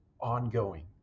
ongoing